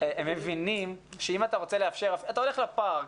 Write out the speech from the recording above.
הם מבינים שאם אתה הולך לפארק,